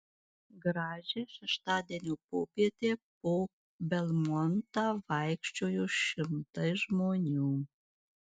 gražią šeštadienio popietę po belmontą vaikščiojo šimtai žmonių